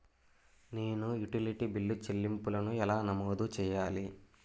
నేను utility bill చెల్లింపులను ఎలా నమోదు చేయాలి?